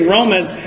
Romans